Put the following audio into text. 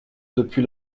depuis